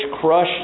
crush